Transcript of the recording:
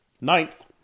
Ninth